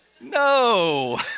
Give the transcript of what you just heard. No